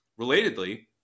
Relatedly